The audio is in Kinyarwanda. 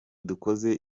dukoze